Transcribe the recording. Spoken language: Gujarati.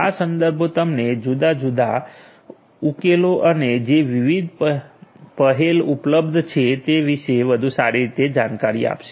આ સંદર્ભો તમને જુદા જુદા ઉકેલો અને જે વિવિધ પહેલ ઉપલબ્ધ છે તે વિશે વધુ સારી જાણકારી આપશે